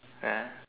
ya